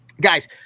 Guys